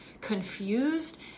confused